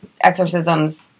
exorcisms